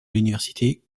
l’université